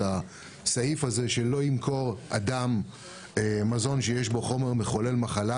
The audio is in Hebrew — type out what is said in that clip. הסעיף הזה שלא ימכור אדם מזון שיש בו חומר מחולל מחלה,